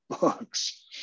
books